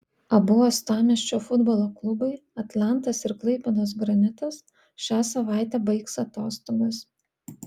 abu uostamiesčio futbolo klubai atlantas ir klaipėdos granitas šią savaitę baigs atostogas